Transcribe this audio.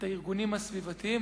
את הארגונים הסביבתיים,